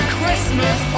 christmas